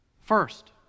First